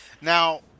Now